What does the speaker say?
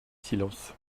silence